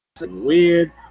weird